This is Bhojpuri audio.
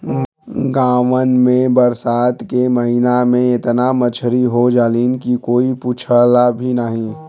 गांवन में बरसात के महिना में एतना मछरी हो जालीन की कोई पूछला भी नाहीं